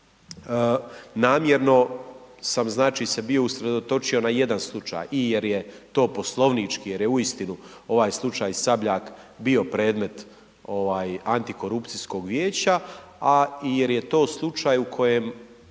Namjerno sam znači se bio usredotočio na jedan slučaj i jer je to poslovnički, jer je uistinu ovaj slučaj Sabljak bio predmet ovaj antikorupcijskog vijeća, a i jer je to slučaj u kojem